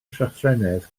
llythrennedd